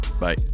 Bye